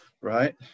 right